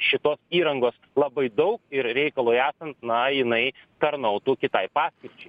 šitos įrangos labai daug ir reikalui esant na jinai tarnautų kitai paskirčiai